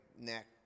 neck